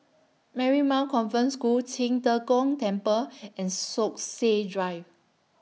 Marymount Convent School Qing De Gong Temple and Stokesay Drive